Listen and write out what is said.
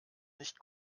nicht